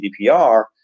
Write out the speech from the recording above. GDPR